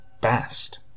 best